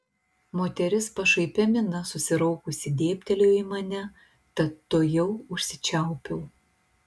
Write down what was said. moteris pašaipia mina susiraukusi dėbtelėjo į mane tad tuojau užsičiaupiau